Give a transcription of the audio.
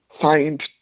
find